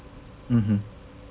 mmhmm